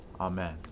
Amen